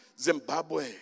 Zimbabwe